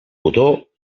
botó